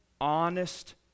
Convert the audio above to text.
honest